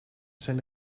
zijn